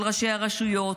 של ראשי הרשויות,